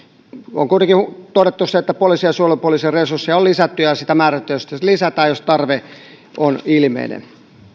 on kuitenkin todettu se että poliisin ja suojelupoliisin resursseja on lisätty ja ja niitä määrätietoisesti lisätään jos tarve on ilmeinen